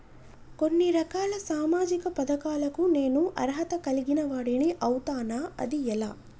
కొన్ని రకాల సామాజిక పథకాలకు నేను అర్హత కలిగిన వాడిని అవుతానా? అది ఎలా?